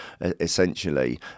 essentially